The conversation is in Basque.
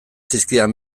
zizkidan